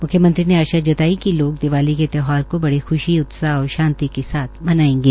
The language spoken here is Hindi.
म्ख्यमंत्री ने कहा म्झे आशा है कि लोग दिवाली के त्यौहार को बड़ी ख्शी उत्साह और शांति के साथ मनाएंगे